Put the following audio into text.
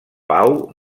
pau